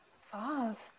Fast